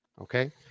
Okay